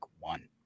one